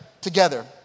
together